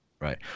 right